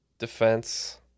defense